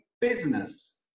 business